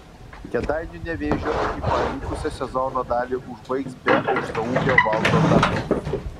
kėdainių nevėžio ekipa likusią sezono dalį užbaigs be aukštaūgio valdo dabkaus